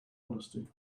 honesty